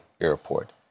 Airport